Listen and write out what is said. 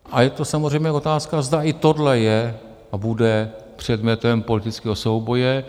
A je to samozřejmě otázka, zda i tohle je a bude předmětem politického souboje.